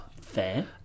Fair